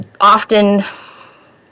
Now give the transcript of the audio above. often